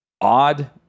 odd